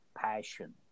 passion